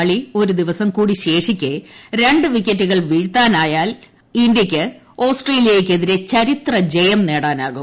കളി ഒരു ദിവസം കൂടി ശേഷിക്കെ രണ്ട് വിക്കറ്റുകൾ വീഴ്ത്താനായാൽ ഇന്ത്യയ്ക്ക് ഓസ്ട്രേലിയയ്ക്കെതിരെ ചരിത്രജയം നേടാനാകും